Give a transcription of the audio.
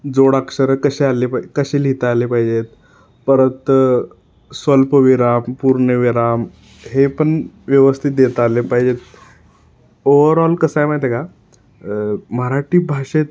जोडाक्षरं कसे आले पाय कसे लिहिता आले पाहिजेत परत स्वल्पविराम पूर्णविराम हे पण व्यवस्थित देता आले पाहिजेत ओव्हरऑल कसं आहे माहीत आहे का मराठी भाषेत